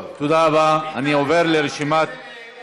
והמשטרה והפרקליטות היו צריכים להביא את הצעת החוק הזאת,